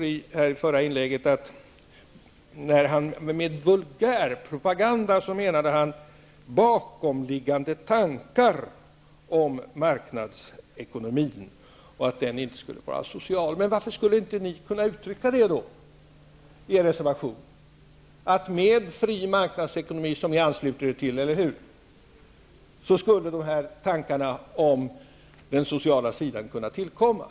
I förra inlägget sade Pierre Schori att med vulgärpropaganda menade han bakomliggande tankar om marknadsekonomin och att den inte skulle vara social. Varför skulle inte ni kunna uttrycka det då i er reservation, att med fri marknadsekonomi -- som ni ansluter er till, eller hur? -- skulle tankarna om den sociala sidan kunna tillkomma?